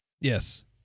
Yes